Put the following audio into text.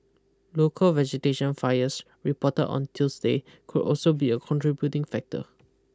local vegetation fires reported on Tuesday could also be a contributing factor